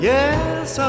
Yes